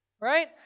Right